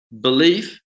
Belief